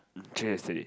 the picture yesterday